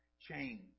change